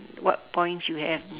what points you have